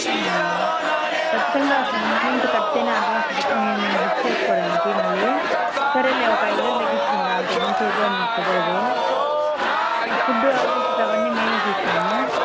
ఖచ్చితంగా సగం ఎమౌంట్ కడితేనే అడ్వాన్స్ బుక్ మిమ్మల్ని బుక్ చేసుకోవడానికి మళ్ళీ సరేలే ఒక ఐదు వేలు తగ్గించుకుందాం అంతకుమించి అయితే మాకు కుదరదు ఫుడ్ అలవెన్సెస్ అవన్నీ మేమే చూస్తాము